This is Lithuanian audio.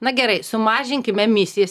na gerai sumažinkim emisijas